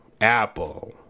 apple